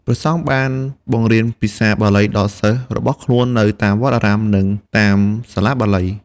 ព្រះសង្ឃបានបង្រៀនភាសាបាលីដល់សិស្សរបស់ខ្លួននៅតាមវត្តអារាម និងតាមសាលាបាលី។